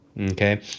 Okay